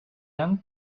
young